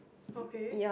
okay